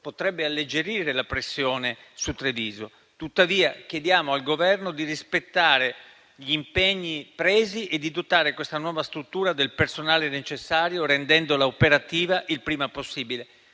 potrebbe alleggerire la pressione su Treviso. Tuttavia, chiediamo al Governo di rispettare gli impegni presi e di dotare questa nuova struttura del personale necessario, rendendola operativa il prima possibile.